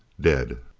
dead.